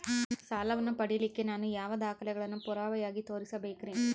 ಸಾಲವನ್ನು ಪಡಿಲಿಕ್ಕೆ ನಾನು ಯಾವ ದಾಖಲೆಗಳನ್ನು ಪುರಾವೆಯಾಗಿ ತೋರಿಸಬೇಕ್ರಿ?